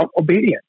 obedience